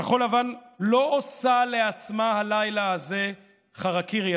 כחול לבן לא עושה לעצמה הלילה הזה חרקירי,